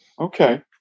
Okay